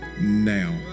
now